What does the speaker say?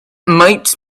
might